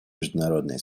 международное